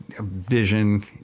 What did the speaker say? vision